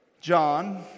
John